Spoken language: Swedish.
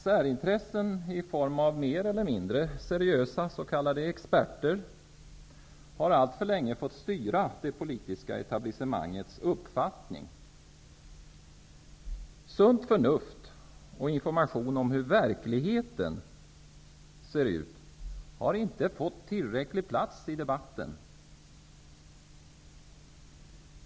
Särintressen i form av mer eller mindre seriösa s.k. experter har alltför länge fått styra det politiska etablissemangets uppfattning. Sunt förnuft och information om hur verkligheten ser ut har inte fått tillräcklig plats i debatten.